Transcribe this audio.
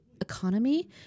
economy